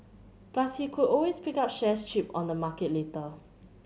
plus he could always pick up shares cheap on the market later